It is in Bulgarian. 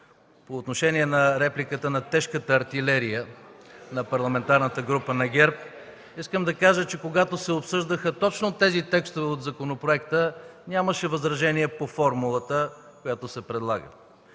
по отношение на репликата на тежката артилерия на Парламентарната група на ГЕРБ. Искам да кажа, че когато се обсъждаха точно тези текстове от законопроекта, нямаше възражения по формулата, която се предлага.